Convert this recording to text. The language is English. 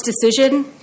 decision